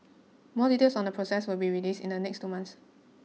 more details on the process will be released in the next two months